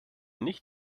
nicht